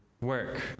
work